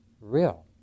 real